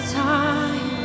time